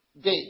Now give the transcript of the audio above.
Day